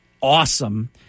awesome